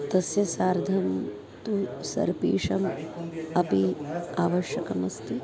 तस्य सार्धं तु सर्पिषाम् अपि आवश्यकमस्ति